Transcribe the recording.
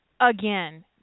again